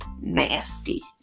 nasty